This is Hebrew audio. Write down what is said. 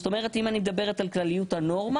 זאת אומרת אם אני מדברת על כלליות הנורמה,